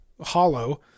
hollow